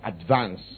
advance